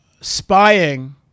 spying